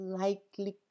likely